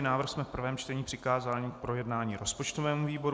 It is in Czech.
Návrh jsme v prvém čtení přikázali k projednání rozpočtovému výboru.